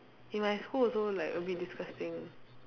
in my school also like a bit disgusting